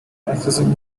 excessive